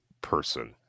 person